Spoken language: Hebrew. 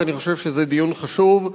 כי אני חושב שזה דיון חשוב,